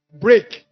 break